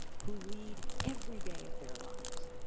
who lead every day of their lives.